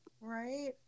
right